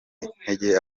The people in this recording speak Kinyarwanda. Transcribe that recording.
intege